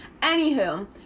Anywho